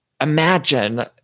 imagine